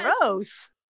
Gross